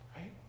Right